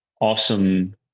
awesome